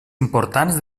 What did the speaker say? importants